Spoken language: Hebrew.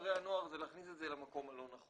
כפרי הנוער זה להכניס את זה למקום הלא נכון.